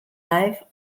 life